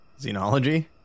Xenology